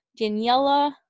Daniela